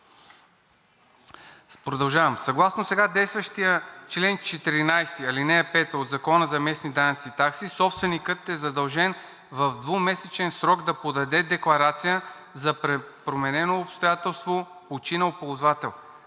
Продължавам. Съгласно сега действащия чл. 14, ал. 5 от Закона за местните данъци и такси собственикът е задължен в двумесечен срок да подаде декларация за променено обстоятелство – починал ползвател.